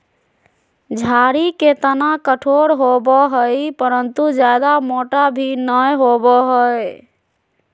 झाड़ी के तना कठोर होबो हइ परंतु जयादा मोटा भी नैय होबो हइ